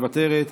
מוותרת,